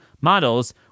models